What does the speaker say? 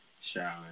Shower